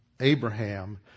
Abraham